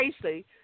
Tracy